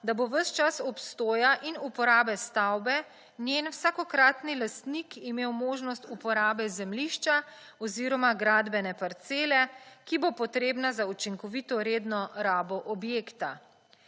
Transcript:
da bo ves čas obstoja in uporabe stavbe njen vsakokratni lastnik imel možnost uporabe zemljišča oziroma gradbene parcele, ki bo potrebna za učinkovito redno rabo objekta.